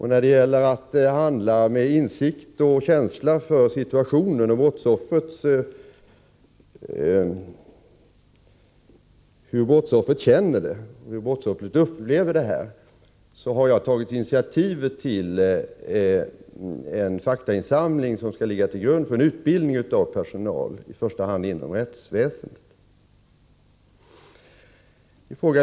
I fråga om att handla med insikt och känsla för situationen och brottsoffrets upplevelse vill jag säga att jag har tagit initiativ till en faktainsamling som skall ligga till grund för en utbildning av personal, i första hand inom rättsväsendet.